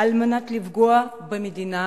כדי לפגוע במדינה